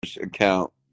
account